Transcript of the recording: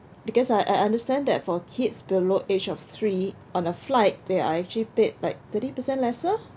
because I I understand that for kids below age of three on a flight they are actually paid like thirty percent lesser